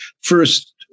first